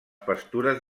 pastures